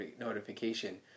notification